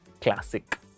classic